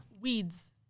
Weeds